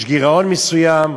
יש גירעון מסוים,